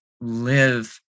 live